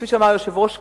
כפי שאמר היושב-ראש כרגע,